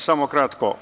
Samo kratko.